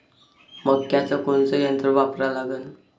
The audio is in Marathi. मक्याचं कोनचं यंत्र वापरा लागन?